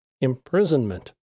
imprisonment